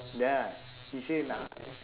dah he say